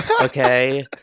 okay